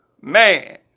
man